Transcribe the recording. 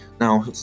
Now